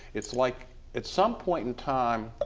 it's like at some point in time,